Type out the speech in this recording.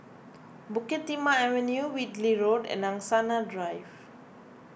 Bukit Timah Avenue Whitley Road and Angsana Drive